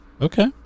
okay